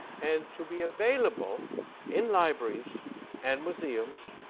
and to be available in libraries and museums,